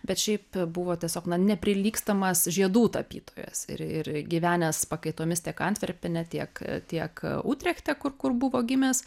bet šiaip buvo tiesiog neprilygstamas žiedų tapytojas ir ir gyvenęs pakaitomis tiek antverpene tiek tiek utrechte kur kur buvo gimęs